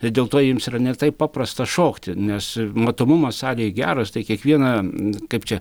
tai dėl to jiems yra ne taip paprasta šokti nes matomumas salėje geras tai kiekvieną kaip čia